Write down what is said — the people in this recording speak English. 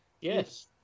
Yes